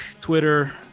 Twitter